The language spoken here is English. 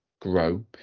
grow